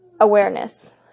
awareness